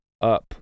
up